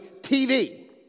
TV